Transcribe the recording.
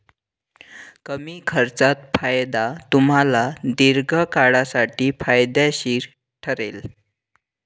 कमी खर्चात फायदा तुम्हाला दीर्घकाळासाठी फायदेशीर ठरेल